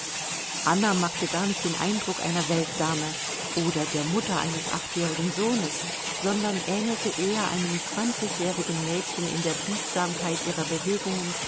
anna machte gar nicht den eindruck einer weltdame oder der mutter eines achtjährigen sohnes sondern ähnelte eher einem zwanzigjährigen mädchen in der biegsamkeit ihrer bewegungen